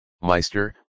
Meister